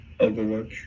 overwork